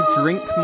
drink